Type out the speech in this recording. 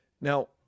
Now